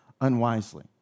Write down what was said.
unwisely